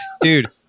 Dude